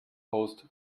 post